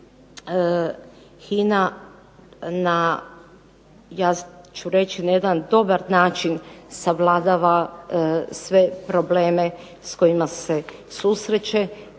HINA na, ja ću reći, na jedan dobar način savladava sve probleme s kojima se susreće